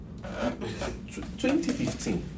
2015